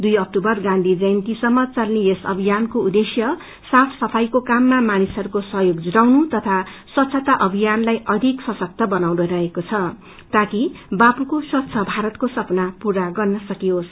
दुई अक्टोबर गाँधी जयन्तीसम्प चल्ने यस अभ्नियानको उद्देश्य साफ सफाईको काममा मानिसहस्को सहयोग जुटाउनु तथा स्वच्छता अभियानलाई अँधिक सशक्त बनाउनु रहेको छ ताकि बापूको स्वच्छ भारतको सपना पूरा गर्न रहेको छ